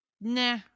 Nah